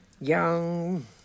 Young